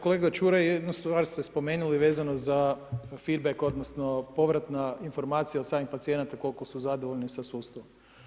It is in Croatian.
Kolega Čuraj jednu stvar ste spomenuli vezano za featbeak odnosno, povratna informacija od samih pacijenata koliko su zadovoljni sa sustavom.